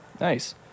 Nice